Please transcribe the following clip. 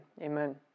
amen